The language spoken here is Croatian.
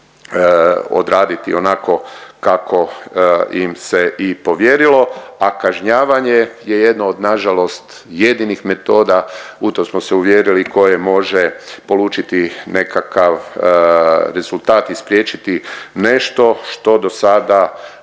odraditi onako kako im se i povjerilo, a kažnjavanje je jedno od nažalost jedinih metoda u to smo se uvjerili koje može polučiti nekakav rezultat i spriječiti nešto što dosada